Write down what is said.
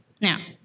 Now